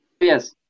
Yes